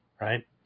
Right